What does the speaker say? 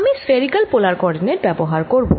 আমি spherical polar coordinate ব্যবহার করব